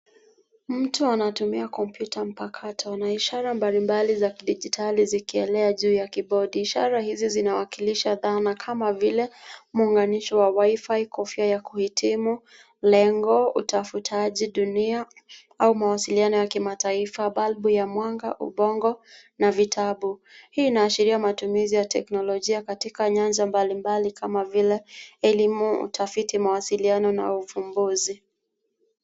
Mtu anatumia kompyuta mpakato na ishara mbalimbali za kidijitali zikielea juu ya kibodi. Ishara hizi zinawakilisha dhana, kama vile, muunganisho wa wifi , kofia ya kuhitimu, lengo, utafutaji dunia au mawasiliano ya kimataifa, balbu ya mwanga, ubongo na vitabu. Hii inaashiria matumizi ya teknolojia katika nyanja mbalimbali kama vile elimu, utafiti, mawasiliano na uvumbuzi.